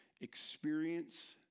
experience